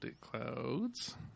Clouds